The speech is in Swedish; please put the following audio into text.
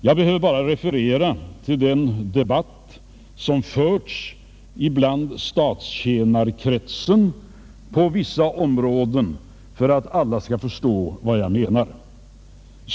Jag behöver bara referera till den debatt som förts inom statstjänarkretsen på vissa områden för att alla skall förstå vad jag menar.